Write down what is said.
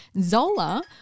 Zola